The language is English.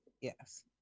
yes